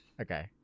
Okay